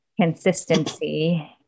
consistency